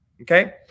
Okay